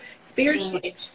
Spiritually